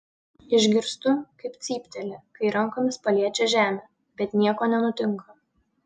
išgirstu kaip cypteli kai rankomis paliečia žemę bet nieko nenutinka